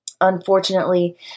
Unfortunately